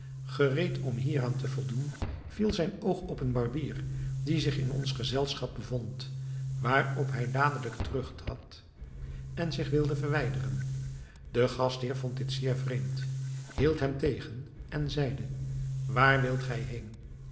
gereed om hieraan te voldoen viel zijn oog op een barbier die zich in ons gezelschap bevond waarop hij dadelijk terugtrad en zich wilde verwijderen de gastheer vond dit zeer vreemd hield hem tegen en zeide waar wilt gij heen